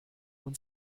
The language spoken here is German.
und